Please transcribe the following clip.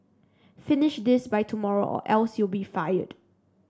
finish this by tomorrow or else you'll be fired